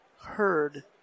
heard